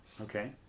Okay